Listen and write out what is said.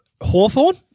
Hawthorne